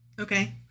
Okay